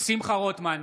שמחה רוטמן,